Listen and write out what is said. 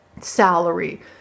salary